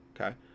Okay